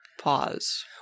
pause